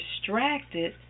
distracted